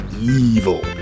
evil